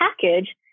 package